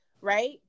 Right